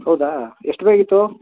ಹೌದಾ ಎಷ್ಟು ಬೇಕಿತ್ತು